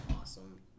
awesome